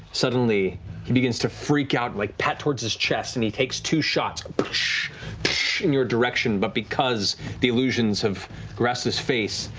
suddenly he begins to freak out, like pat towards his chest and he takes two shots in your direction, but because the illusions have grasped his face,